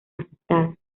aceptadas